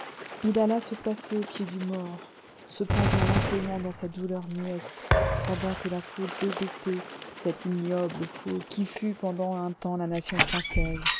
il alla se placer aux pieds du mort se plongeant lentement dans sa douleur muette pendant que la foule hébétée cette ignoble foule qui fut pendant un temps la nation française